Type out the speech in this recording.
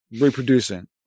reproducing